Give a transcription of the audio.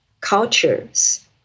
cultures